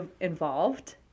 involved